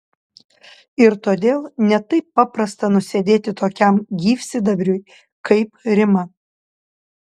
ir todėl ne taip paprasta nusėdėti tokiam gyvsidabriui kaip rima